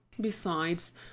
Besides